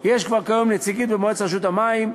יש כבר כיום נציגות במועצת רשות המים.